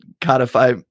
codify